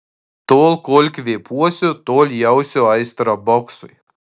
tol kol kvėpuosiu tol jausiu aistrą boksui